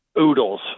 oodles